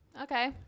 Okay